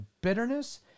bitterness